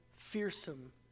fearsome